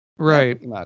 Right